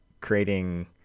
creating